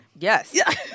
Yes